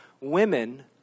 women